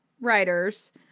writers